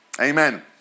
Amen